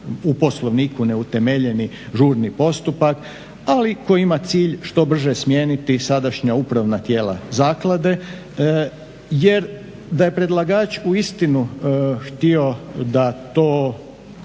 u Poslovniku neutemeljeni žurni postupak ali koji ima cilj što brže smijeniti sadašnja upravna tijela zaklade jer da je predlagač uistinu htio da to